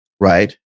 Right